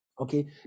okay